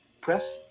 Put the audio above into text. Press